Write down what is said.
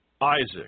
Isaac